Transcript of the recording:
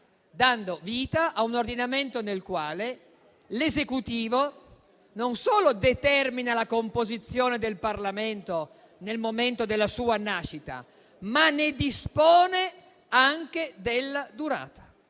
dando vita a un ordinamento nel quale l'Esecutivo non solo determina la composizione del Parlamento nel momento della sua nascita, ma ne dispone anche della durata.